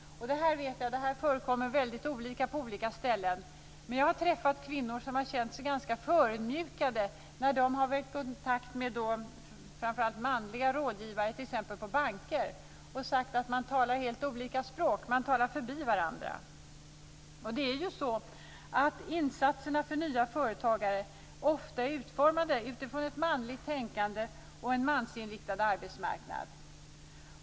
Det här förekommer väldigt olika på olika ställen, men jag har träffat kvinnor som har känt sig ganska förödmjukade när de har varit i kontakt med framför allt manliga rådgivare t.ex. på banker. De har sagt att man talar helt olika språk. Man talar förbi varandra. Och det är ju så att insatserna för nya företagare ofta är utformade utifrån ett manligt tänkande och en mansinriktad arbetsmarknad.